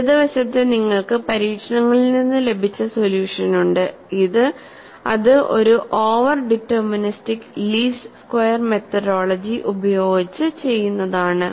ഇടത് വശത്ത് നിങ്ങൾക്ക് പരീക്ഷണങ്ങളിൽ നിന്ന് ലഭിച്ച സൊല്യൂഷൻ ഉണ്ട് അത് ഒരു over deterministic least square methodology ഉപയോഗിച്ച് ചെയ്യുന്നതാണ്